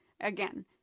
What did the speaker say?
Again